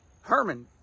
Herman